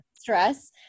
stress